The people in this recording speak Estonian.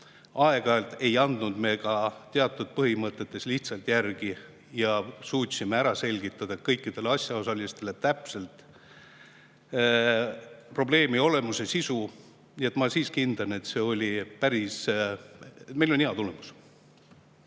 Aeg-ajalt ei andnud me ka teatud põhimõtetes lihtsalt järgi ja suutsime ära selgitada kõikidele asjaosalistele täpselt probleemi olemuse sisu. Nii et ma siiski hindan, et meil on päris hea tulemus.